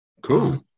Cool